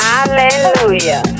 Hallelujah